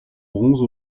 bronze